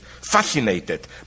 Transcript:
fascinated